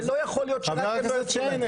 זה לא יכול להיות --- חבר הכנסת שיין,